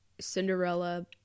Cinderella